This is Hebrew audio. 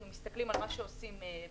אנחנו מסתכלים על מה שעושים באירופה.